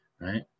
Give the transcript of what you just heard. right